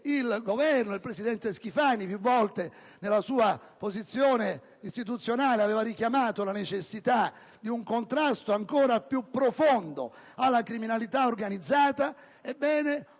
e Governo. Il presidente Schifani più volte nella sua posizione istituzionale aveva richiamato la necessità di un contrasto ancora più profondo alla criminalità organizzata. Ebbene,